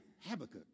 Habakkuk